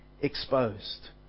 exposed